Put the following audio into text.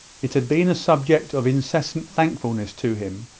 it had been a subject of incessant thankfulness to him,